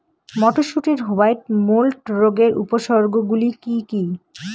মটরশুটির white mould রোগের উপসর্গগুলি কী কী?